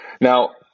Now